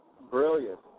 brilliant